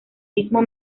mismo